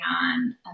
on